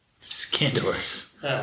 Scandalous